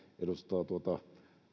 edustaa tuota